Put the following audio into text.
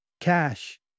cash